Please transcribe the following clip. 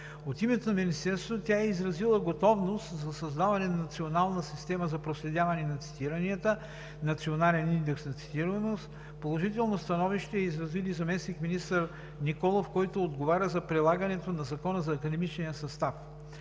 От името на Министерството тя е изразила готовност за създаване на Национална система за проследяване на цитиранията, Национален индекс на цитируемост. Положително становище е изразил и заместник-министър Николов, който отговаря за прилагането на Закона за академичния състав.